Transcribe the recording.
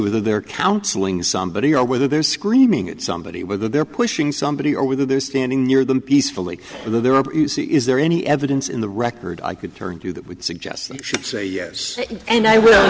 whether they're counseling somebody or whether they're screaming at somebody whether they're pushing somebody or whether they're standing near them peacefully is there any evidence in the record i could turn to that would suggest they should say yes and i will